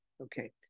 Okay